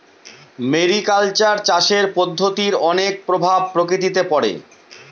mariculture চাষের পদ্ধতির অনেক প্রভাব প্রকৃতিতে পড়ে